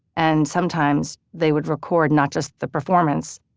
and sometimes they would record not just the performance,